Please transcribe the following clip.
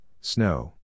snow